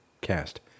cast